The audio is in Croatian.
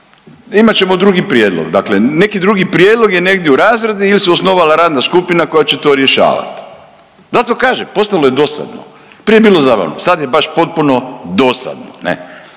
imat ćemo drugi prijedlog. Dakle, neki drugi prijedlog je negdje u razradi ili se osnovala radna skupina koja će to rješavat. Zato kažem postalo je dosadno, prije je bilo zabavno, sad je baš potpuno dosadno